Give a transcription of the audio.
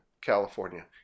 california